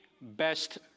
best